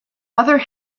other